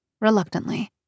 Reluctantly